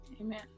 Amen